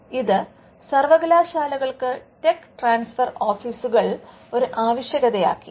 ഇത് സർവകലാശാലകൾക്ക് tech transfer ഓഫീസുകൾ ഒരു ആവശ്യകതയാക്കി